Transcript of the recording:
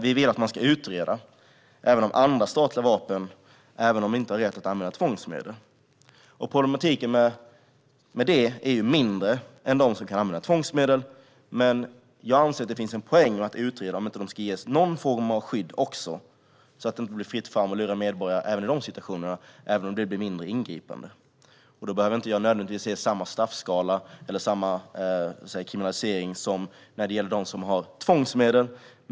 Vi vill att man ska utreda även andra statliga vapen, även om man inte har rätt att använda tvångsmedel. Problematiken med detta är ju mindre om man kan använda tvångsmedel. Men jag anser att det finns en poäng i att utreda om inte de också ska ges någon form av skydd, så att det inte blir fritt fram att lura medborgare även i de situationerna, även om det blir mindre ingripande. Då behöver det inte nödvändigtvis vara samma straffskala eller samma kriminalisering som när det gäller de som omfattas av tvångsmedel.